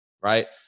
right